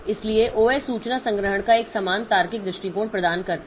इसलिए OS सूचना संग्रहण का एक समान तार्किक दृष्टिकोण प्रदान करता है